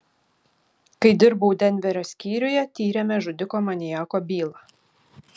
kai dirbau denverio skyriuje tyrėme žudiko maniako bylą